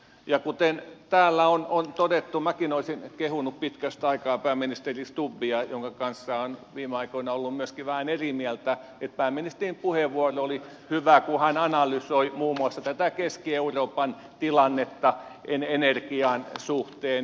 ja kuten täällä on todettu minäkin olisin kehunut pitkästä aikaa pääministeri stubbia jonka kanssa olen viime aikoina ollut myöskin vähän eri mieltä pääministerin puheenvuoro oli hyvä kun hän analysoi muun muassa tätä keski euroopan tilannetta energian suhteen